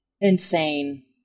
insane